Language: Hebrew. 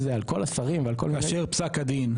זה על כל השרים ועל כל -- כאשר פסק הדין,